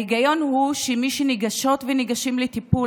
ההיגיון הוא שמי שניגשות וניגשים לטיפול,